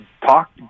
Talk